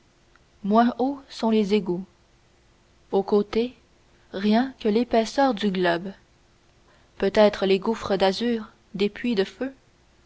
moins haut sont des égouts aux côtés rien que l'épaisseur du globe peut-être les gouffres d'azur des puits de feu